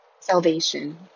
salvation